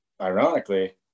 ironically